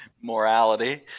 morality